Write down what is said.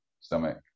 stomach